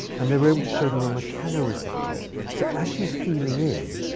and they were able to show there were mechanoreceptors. so as she's feeling in,